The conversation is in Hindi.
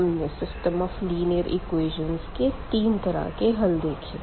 हमने सिस्टम ऑफ लीनियर इक्वेशन के तीन तरह के हल देखे